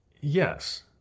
yes